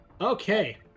Okay